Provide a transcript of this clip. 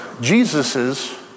Jesus's